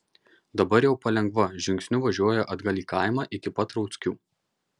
dabar jau palengva žingsniu važiuoja atgal į kaimą iki pat rauckių